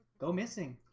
go missing.